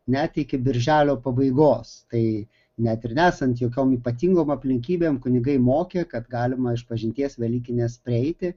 net iki birželio pabaigos tai net ir nesant jokiom ypatingom aplinkybėm kunigai mokė kad galima išpažinties velykinės prieiti